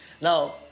Now